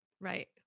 Right